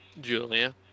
Julia